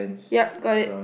ye got it